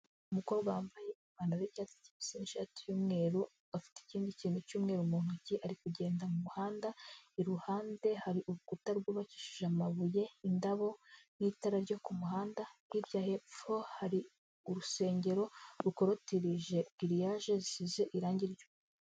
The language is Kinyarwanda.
Umukobwa wambaye ipantaro y'icyatsi kibisi n'ishati y'umweru, afite ikindi kintu cy'umweru mu ntoki ari kugenda mu muhanda, iruhande hari urukuta rwubakishije amabuye, indabo n'itara ryo ku muhanda, hirya hepfo hari urusengero rukorotirije giriyage zisize irangi.